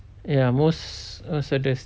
ya most I suggest